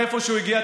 מאיפה שהוא הגיע,